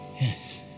Yes